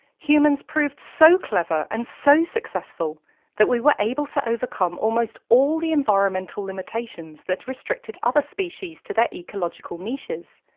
humans proved so clever and so successful that we were able to overcome almost all the environmental limitations that restricted other species to their ecological niches.